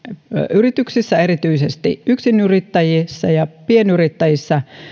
yrityksissä erityisesti yksinyrittäjissä ja pienyrittäjissä